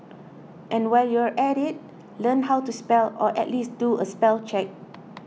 and while you're at it learn how to spell or at least do a spell check